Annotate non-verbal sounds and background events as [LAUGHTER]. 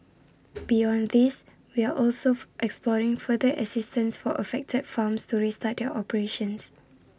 [NOISE] beyond these we are also [NOISE] exploring further assistance for affected farms to restart their operations